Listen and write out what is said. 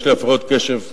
יש לי הפרעות קשב,